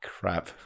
crap